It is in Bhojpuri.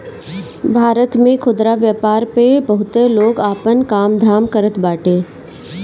भारत में खुदरा व्यापार पअ बहुते लोग आपन काम धाम करत बाटे